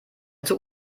zug